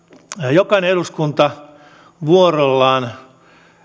jokainen eduskunta vuorollaan